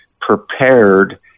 prepared